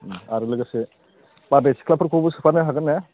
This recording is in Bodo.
आरो लोगोसे बारदै सिख्लाफोरखौबो सोफानो हागोन ने